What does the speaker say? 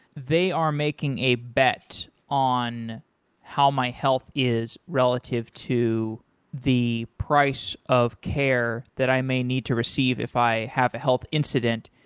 they are making a bet on how my health is relative to the price of care that i may need to receive if i have a health incident.